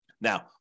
Now